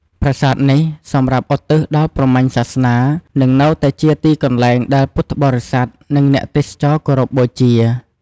ប្រាសាទនេះសម្រាប់ ឧទ្ទិសដល់ព្រហ្មញ្ញសាសនា និងនៅតែជាទីកន្លែងដែលពុទ្ធបរិស័ទ និងអ្នកទេសចរគោរពបូជា។